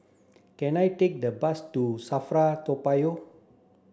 can I take the bus to SAFRA Toa Payoh